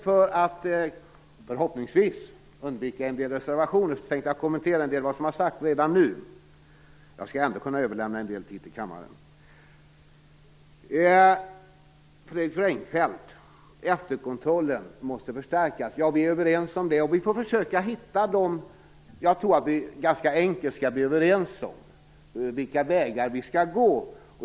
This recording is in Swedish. För att förhoppningsvis undvika en del reservationer tänker jag redan nu kommentera en del av det som har sagts. Jag hoppas ändå kunna överlämna en del tid till kammaren. Fredrik Reinfeldt sade att efterkontrollen måste förstärkas. Det är vi överens om. Jag tror att vi ganska enkelt också kan bli överens om vilka vägar vi skall gå.